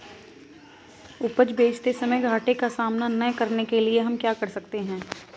उपज बेचते समय घाटे का सामना न करने के लिए हम क्या कर सकते हैं?